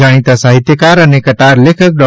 જાણીતા સાહિત્યકાર અને કટાર લેખક ડો